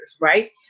right